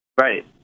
Right